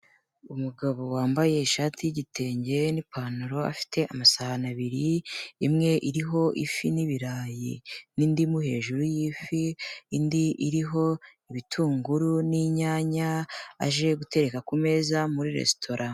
Umugabo wambaye ishati y'igitenge n'ipantaro afite amasahani abiri, imwe iriho ifi n'ibirayi n'indimu hejuru y'ifi, indi iriho ibitunguru n'inyanya, aje gutereka ku meza muri resitora.